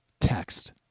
text